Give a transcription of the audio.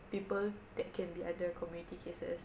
people that can be under community cases